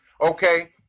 Okay